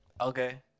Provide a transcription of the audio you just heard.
Okay